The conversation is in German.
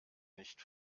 nicht